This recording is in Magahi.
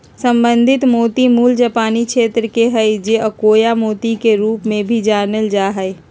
संवर्धित मोती मूल जापानी क्षेत्र के हइ जे कि अकोया मोती के रूप में भी जानल जा हइ